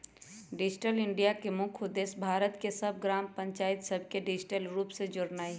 digital India के मुख्य उद्देश्य भारत के सभ ग्राम पञ्चाइत सभके डिजिटल रूप से जोड़नाइ हइ